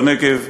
בנגב,